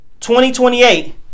2028